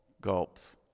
gulps